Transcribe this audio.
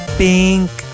pink